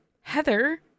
Heather